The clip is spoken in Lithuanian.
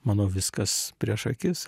manau viskas prieš akis